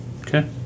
Okay